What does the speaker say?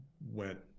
went